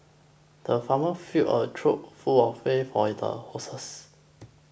the farmer filled a trough full of hay for his a horses